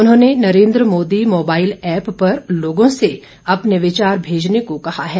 उन्होंने Narendra Modi mobile app पर लोगों से अपने विचार भेजने को कहा है